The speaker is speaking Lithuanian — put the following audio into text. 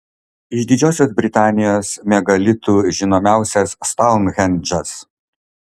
iš didžiosios britanijos megalitų žinomiausias stounhendžas